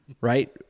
Right